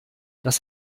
das